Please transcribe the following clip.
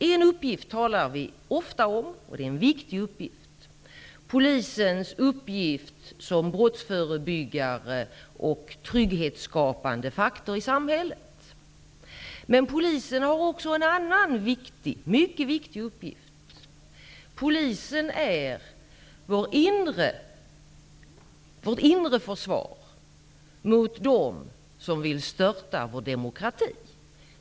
Vi talar ofta om en uppgift -- det är en viktig uppgift --, nämligen polisens uppgift som brottsförebyggande och trygghetsskapande faktor i samhället. Men polisen har också en annan mycket viktig uppgift. Polisen är vårt inre försvar mot dem som vill störta vår demokrati.